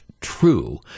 true